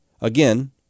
again